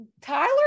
Tyler